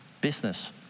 business